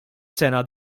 sena